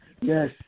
Yes